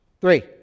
Three